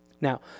Now